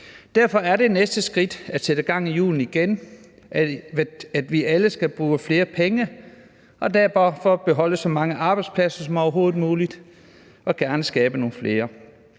Derfor er det næste skridt at sætte gang i hjulene igen, at vi alle skal bruge flere penge, og at vi derfor skal beholde så mange arbejdspladser som overhovedet muligt og gerne skabe nogle flere.